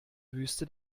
wüste